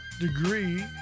degree